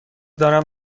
دارم